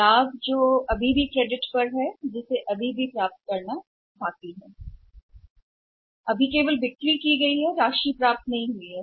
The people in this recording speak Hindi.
लाभ नहीं जो अभी भी क्रेडिट पर है जो अभी भी प्राप्त करना बाकी है केवल बिक्री की गई है के लिए राशि प्राप्त नहीं हुई है